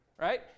right